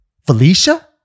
Felicia